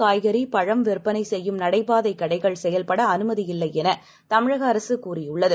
காய்கறி ந் பழம்விற்பனைசெய்யும்நடைபாதைகடைகள்செயல்படஅனுமதிஇல்லைஎன தமிழகஅரசுகூறியுள்ளது